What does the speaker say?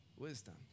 wisdom